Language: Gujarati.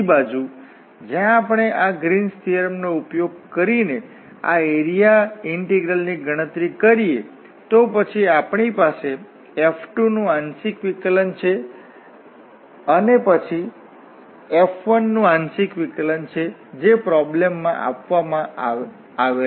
બીજી બાજુ જ્યાં આપણે આ ગ્રીન્સ થીઓરમનો ઉપયોગ કરીને આ એરિયા ઇન્ટીગ્રલની ગણતરી કરીએ તો પછી આપણી પાસે આ F2 નું આંશિક વિકલન છે અને પછી આ F1 નું આંશિક વિકલન છે જે પ્રોબ્લેમ માં આપવામાં આવેલ છે